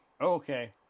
Okay